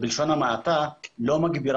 בלשון המעטה.